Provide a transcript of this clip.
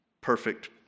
perfect